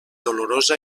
dolorosa